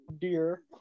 dear